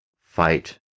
fight